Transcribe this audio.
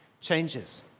changes